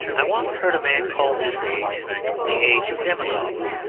i once heard a man call this age the age of demagogues.